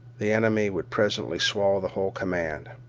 the enemy would presently swallow the whole command.